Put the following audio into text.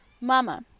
Mama